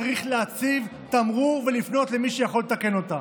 צריך להציב תמרור ולפנות למי שיכול לתקן אותה.